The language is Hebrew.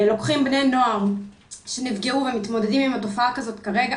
לוקחים בני נוער שנפגעו ומתמודדים עם התופעה הזאת כרגע,